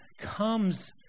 comes